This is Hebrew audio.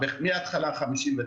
במשאבים.